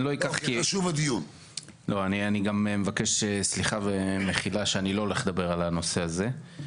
אני גם מבקש סליחה ומחילה שאני לא הולך לדבר על הנושא הזה.